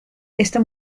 esta